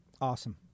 Awesome